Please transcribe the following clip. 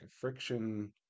friction